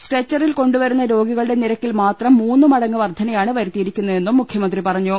സ്ട്രെച്ചറിൽ കൊണ്ടുവരുന്ന രോഗികളുടെ നിരക്കിൽ മാത്രം മൂന്ന് മടങ്ങ് വർദ്ധനയാണ് വരുത്തിയിരിക്കുന്ന തെന്നും മുഖ്യമന്ത്രി പറഞ്ഞു